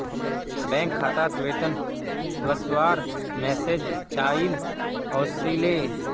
bank खातात वेतन वस्वार मैसेज चाइल ओसीले